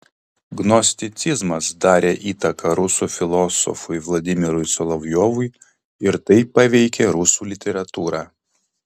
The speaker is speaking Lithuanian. gnosticizmas darė įtaką rusų filosofui vladimirui solovjovui ir taip paveikė rusų literatūrą